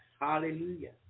Hallelujah